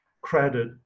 credit